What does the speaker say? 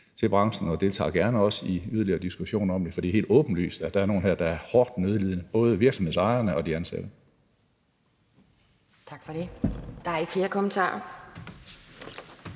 til branchen, og vi deltager også gerne i yderligere diskussioner om det, for det er helt åbenlyst, at der er nogle her, der er meget nødlidende, og det er både virksomhedsejerne og de ansatte.